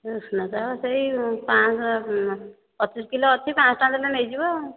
ଉଷୁନା ଚାଉଳ ସେଇ ପାଞ୍ଚଶହ ପଚିଶ କିଲୋ ଅଛି ପାଞ୍ଚଶହ ଟଙ୍କା ଦେଲେ ନେଇଯିବ ଆଉ